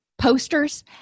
posters